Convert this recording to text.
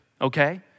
okay